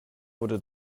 wurde